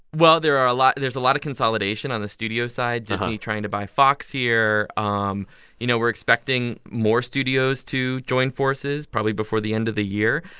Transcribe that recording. well, there are a lot there's a lot of consolidation on the studio side disney trying to buy fox here. um you know, we're expecting more studios to join forces probably before the end of the year.